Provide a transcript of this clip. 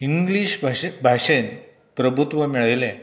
English भाशे भाशेन प्रभुत्व मेळयलें